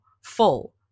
full